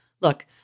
look